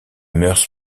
mœurs